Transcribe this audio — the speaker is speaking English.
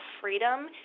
freedom